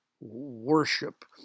worship